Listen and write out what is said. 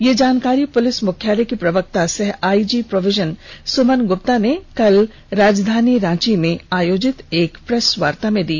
यह जानकारी पुलिस मुख्यालय की प्रवक्ता सह आइजी प्रोविजन सुमन गुप्ता ने कल राजधानी रांची में आयोजित प्रेस वार्ता में दी